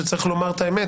שיש לומר את האמת